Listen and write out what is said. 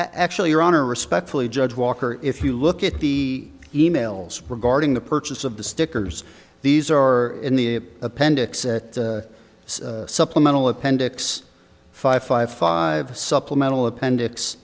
actually your honor respectfully judge walker if you look at the e mails regarding the purchase of the stickers these are in the appendix a supplemental appendix five five five supplemental appendix